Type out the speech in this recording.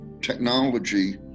technology